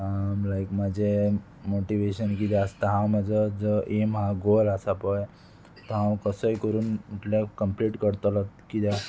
लायक म्हजें मोटिवेशन किदें आसता हांव म्हजो जो एम आहा गोल आसा पय तो हांव कसोय करून म्हटल्यार कंप्लीट करतलो कित्याक